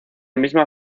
misma